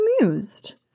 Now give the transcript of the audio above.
amused